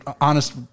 honest